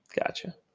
Gotcha